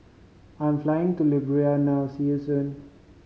I am flying to Liberia now see you soon